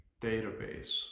database